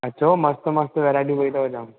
अचो मस्तु मस्तु वैराइटियूं पेयूं अथव जाम